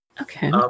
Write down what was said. okay